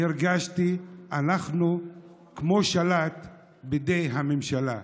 והרגשתי שאנחנו כמו שלט בידי הממשלה.